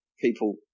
people